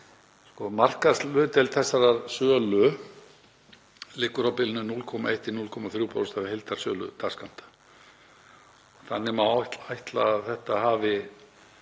Markaðshlutdeild þessarar sölu liggur á bilinu 0,1–0,3% af heildarsölu dagskammta. Þannig má ætla að þetta hafi